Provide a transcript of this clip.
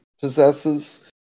possesses